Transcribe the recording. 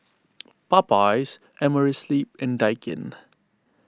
Popeyes Amerisleep and Daikin